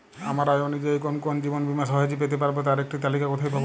আমার আয় অনুযায়ী কোন কোন জীবন বীমা সহজে পেতে পারব তার একটি তালিকা কোথায় পাবো?